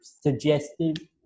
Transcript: suggested